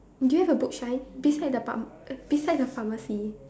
do you have a boot shine beside apam~ the beside the pharmacy